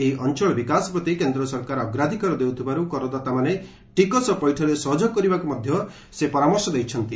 ଏହି ଅଞ୍ଚଳ ବିକାଶ ପ୍ରତି କେନ୍ଦ୍ର ସରକାର ଅଗ୍ରାଧିକାର ଦେଉଥିବାରୁ କରଦାତାମାନେ ଟିକସ ପୈଠରେ ସହଯୋଗ କରିବାକୁ ସେ ପରାମର୍ଶ ଦେଇଛନ୍ତି